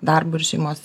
darbo ir šeimos